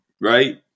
right